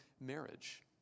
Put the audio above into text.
marriage